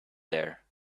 there